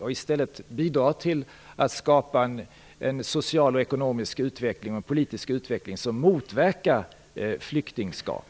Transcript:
Därigenom bidrar man till att i stället skapa en social, ekonomisk och politisk utveckling som motverkar flyktingskap.